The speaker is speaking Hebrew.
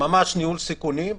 ממש ניהול סיכונים,